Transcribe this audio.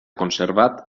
conservat